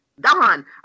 Don